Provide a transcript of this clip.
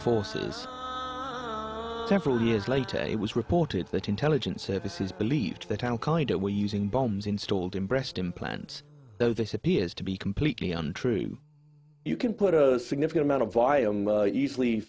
forces several years later it was reported that intelligence services believed that al qaeda were using bombs installed in breast implants though this appears to be completely untrue you can put a significant amount of easily